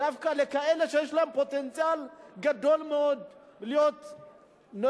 דווקא לכאלה שיש להם פוטנציאל גדול מאוד להיות מסייעים